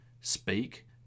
speak